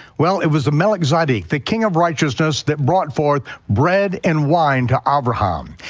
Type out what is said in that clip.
well, it was melech tzedek, the king of righteousness, that brought forth bread and wine to abraham.